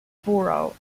borough